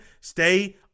stay